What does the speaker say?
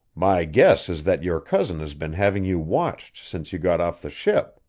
my guess is that your cousin has been having you watched since you got off the ship.